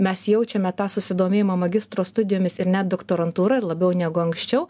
mes jaučiame tą susidomėjimą magistro studijomis net doktorantūra labiau negu anksčiau